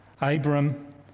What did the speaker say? Abram